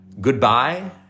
Goodbye